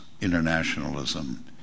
internationalism